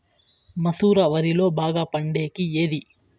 మసూర వరిలో బాగా పండేకి ఏది?